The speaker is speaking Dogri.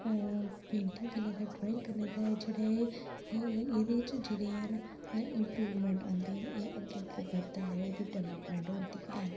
पेंटिंग करने दा ड्राईंग करने दा एह् जेह्ड़ा एह् एह्दे च जेह्ड़े हैन इंप्रूवमैंट आंदे न एह् अग्गे अग्गे बधदा ऐ एह्दी डैवलेपमैंट होंदी ऐ